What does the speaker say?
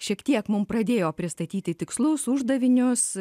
šiek tiek mum pradėjo pristatyti tikslus uždavinius